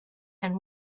and